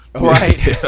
Right